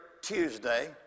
Tuesday